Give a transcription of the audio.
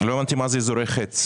מי אמר ש-190,000 זה לא כסף?